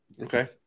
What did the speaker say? Okay